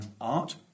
art